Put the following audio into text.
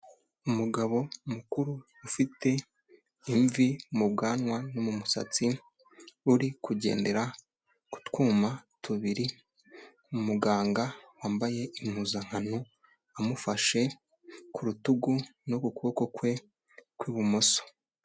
Umugabo mukuru ufite imvi mu bwanwa no mu musatsi, uri kugendera ku twuma tubiri, umuganga wambaye impuzankano amufashe ku rutugu no kuboko kwe kw'ibumoso.